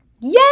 Yay